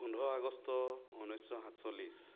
পোন্ধঅ August উনৈছশ সাতচল্লিছ